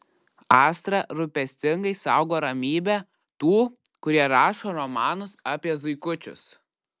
astra rūpestingai saugo ramybę tų kurie rašo romanus apie zuikučius